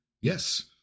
Yes